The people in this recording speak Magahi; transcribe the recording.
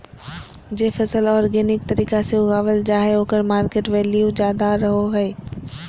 जे फसल ऑर्गेनिक तरीका से उगावल जा हइ ओकर मार्केट वैल्यूआ ज्यादा रहो हइ